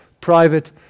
private